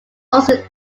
austin